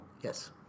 Yes